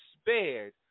spared